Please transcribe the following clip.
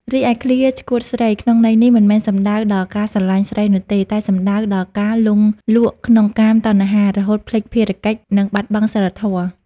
រីឯឃ្លា ឆ្កួតស្រី ក្នុងន័យនេះមិនមែនសំដៅដល់ការស្រឡាញ់ស្រីនោះទេ តែសំដៅដល់ការលង់លក់ក្នុងកាមតណ្ហា រហូតភ្លេចភារកិច្ច និងបាត់បង់សីលធម៌។